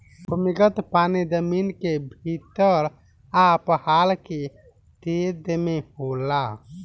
भूमिगत पानी जमीन के भीतर आ पहाड़ के छेद में होला